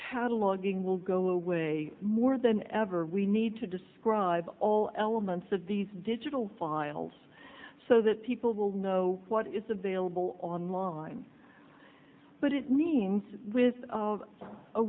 cataloguing will go away more than ever we need to describe all elements of these digital files so that people will know what is available online but it scenes with